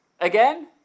Again